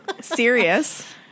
Serious